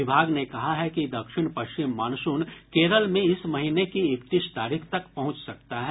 विभाग ने कहा है कि दक्षिण पश्चिम मॉनसून केरल में इस महीने की इकतीस तारीख तक पहुंच सकता है